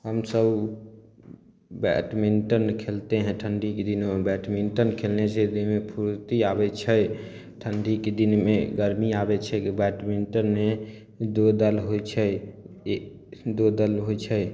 हमसब बैटमिंटन खेलते है ठण्डी के दिनो मे बैडमिंटन खेलने से देहमे फुर्ती आबै छै ठण्डीके दिनमे गर्मी आबै छै बैटमिंटनमे दो दल होइ छै एगो दल होइ छै